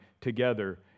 together